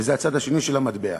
וזה הצד השני של המטבע.